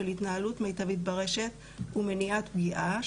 של התנהלות מיטבית ברשת ומניעת פגיעה,